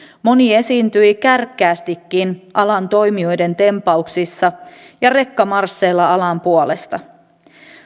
moni esiintyi kärkkäästikin alan toimijoiden tempauksissa ja rekkamarsseilla alan puolesta